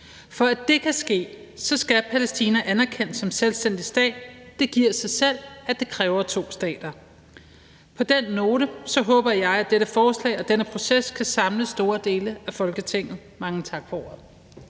For at det kan ske, skal Palæstina anerkendes som selvstændig stat. Det giver sig selv, at det kræver to stater. På den note håber jeg, at dette forslag og denne proces kan samle store dele af Folketinget. Mange tak for ordet.